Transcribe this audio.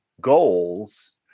goals